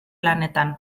lanetan